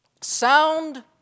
sound